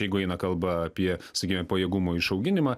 jeigu eina kalba apie sakykime pajėgumo išauginimą